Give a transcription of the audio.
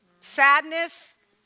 sadness